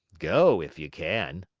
go, if you can!